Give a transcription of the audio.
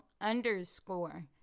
underscore